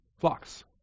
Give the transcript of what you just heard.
Flocks